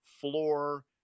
floor